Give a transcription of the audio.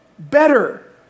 Better